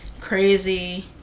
crazy